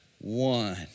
one